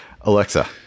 Alexa